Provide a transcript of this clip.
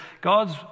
god's